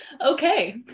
Okay